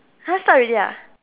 !huh! start already ah